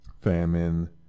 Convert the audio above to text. famine